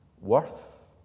worth